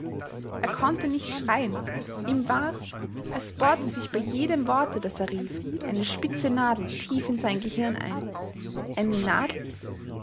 er konnte nicht schreien ihm war's als bohrte sich bei jedem worte das er rief eine spitze nadel tief in sein gehirn ein eine nadel